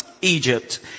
Egypt